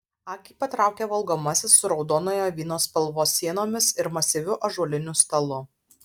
akį patraukė valgomasis su raudonojo vyno spalvos sienomis ir masyviu ąžuoliniu stalu